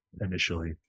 initially